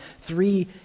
Three